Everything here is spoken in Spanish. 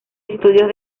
estudios